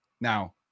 Now